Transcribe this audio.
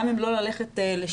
גם אם לא ללכת לשם,